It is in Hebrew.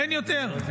אין יותר,